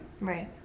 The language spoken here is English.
Right